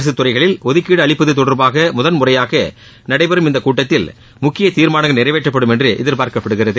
அரசுத் துறைகளில் ஒதுக்கீடு அளிப்பது தொடர்பாக முதல் முறையாக நடைபெறும் இந்தக் கூட்டத்தில் முக்கியத் தீர்மானங்கள் நிறைவேற்றப்படும் என்று எதிர்பார்க்கப்படுகிறது